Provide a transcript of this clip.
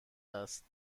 است